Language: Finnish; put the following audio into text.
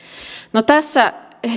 no tässä